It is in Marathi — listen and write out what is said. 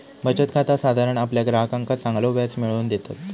बचत खाता साधारण आपल्या ग्राहकांका चांगलो व्याज मिळवून देतत